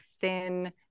thin